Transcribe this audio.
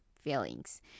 feelings